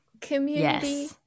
community